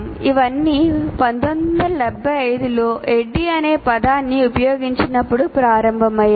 ఇవన్నీ 1975 లో ADDIE అనే పదాన్ని ఉపయోగించినప్పుడు ప్రారంభమయ్యాయి